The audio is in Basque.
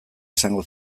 esango